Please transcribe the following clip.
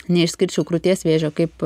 neišskirčiau krūties vėžio kaip